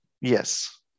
yes